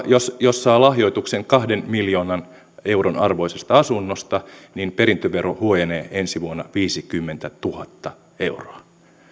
jos saa lahjoituksen kahden miljoonan euron arvoisesta asunnosta niin perintövero huojenee ensi vuonna viisikymmentätuhatta euroa